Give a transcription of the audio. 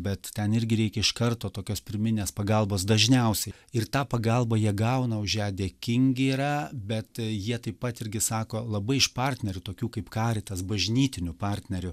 bet ten irgi reikia iš karto tokios pirminės pagalbos dažniausiai ir tą pagalbą jie gauna už ją dėkingi yra bet jie taip pat irgi sako labai iš partnerių tokių kaip karitas bažnytinių partnerių